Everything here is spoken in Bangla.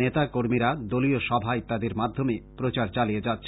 নেতা কর্মীরা দলীয় সভা ইত্যাদির মাধ্যমে প্রচার চালিয়ে যাচ্ছেন